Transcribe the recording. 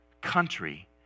country